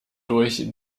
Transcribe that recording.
durch